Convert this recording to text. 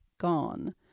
gone –